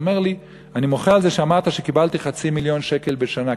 ואומר לי: אני מוחה על זה שאמרת שקיבלתי חצי מיליון שקל בשנה,